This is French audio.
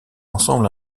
ensemble